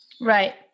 Right